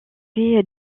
fait